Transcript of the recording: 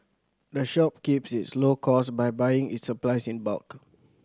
the shop keeps its costs low by buying its supplies in bulk